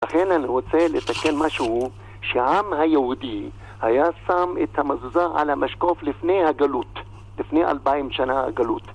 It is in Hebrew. לכן אני רוצה לתקן משהו שהעם היהודי היה שם את המזוזה על המשקוף לפני הגלות, לפני 2,000 שנה הגלות.